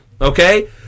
Okay